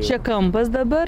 čia kampas dabar